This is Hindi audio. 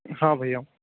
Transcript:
हाँ भैया